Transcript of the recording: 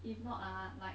if not ah like